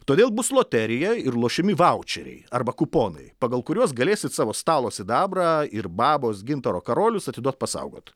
todėl bus loterija ir lošiami vaičeriai arba kuponai pagal kuriuos galėsite savo stalo sidabrą ir babos gintaro karolius atiduot pasaugot